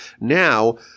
now